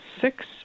six